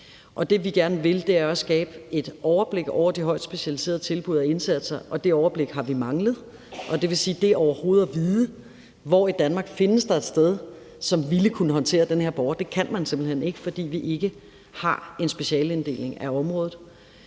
Det, vi gerne vil, er at skabe et overblik over de højtspecialiserede tilbud og indsatser. Det overblik har vi manglet, og det vil sige, at det overhovedet at vide, hvor i Danmark der findes et sted, som ville kunne håndtere den her borger, kan man simpelt hen ikke, fordi vi ikke har en specialeinddeling af området.